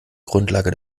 grundlage